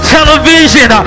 Television